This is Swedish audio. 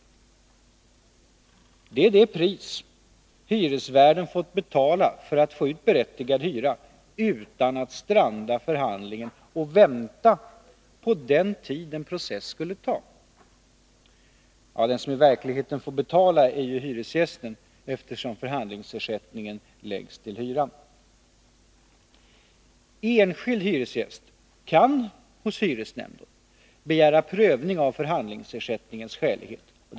Detta är det pris hyresvärden fått betala för att få ut berättigad hyra utan att stranda förhandlingen och vänta den tid en process skulle ta. Ja, den som i verkligheten får betala är ju hyresgästen, eftersom förhandlingsersättningen läggs till hyran. Endast enskild hyresgäst kan hos hyresnämnd begära prövning av förhandlingsersättningens skälighet.